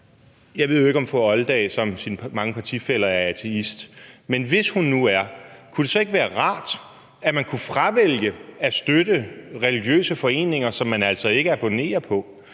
jeg ved jo ikke, om fru Kathrine Olldag som sine mange partifæller er ateist, men hvis hun nu er, kunne det så ikke være rart, at man kunne fravælge at støtte religiøse foreninger, som man altså ikke abonnerer på?